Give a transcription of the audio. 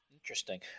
Interesting